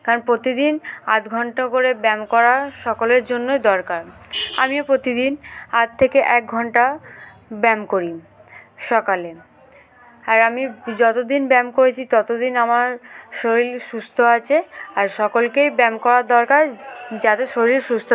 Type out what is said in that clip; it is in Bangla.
কারণ প্রতিদিন আদ ঘণ্টা করে ব্যায়াম করা সকলের জন্যই দরকার আমিও প্রতিদিন আধ থেকে এক ঘণ্টা ব্যায়াম করি সকালে আর আমি যতদিন ব্যায়াম করেছি ততদিন আমার শরীর সুস্থ আছে আর সকলকেই ব্যায়াম করার দরকার যাতে শরীর সুস্থ